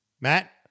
Matt